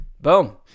boom